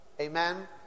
Amen